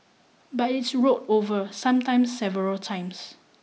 but it's rolled over sometimes several times